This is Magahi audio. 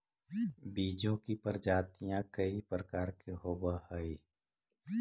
बीजों की प्रजातियां कई प्रकार के होवअ हई